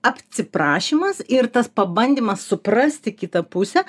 atsiprašymas ir tas pabandymas suprasti kitą pusę